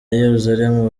yeruzalemu